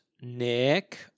Nick